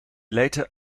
later